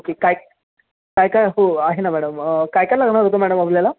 okay काय काय काय हो आहे ना मॅडम काय काय लागणार होतं मॅडम आपल्याला